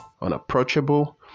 unapproachable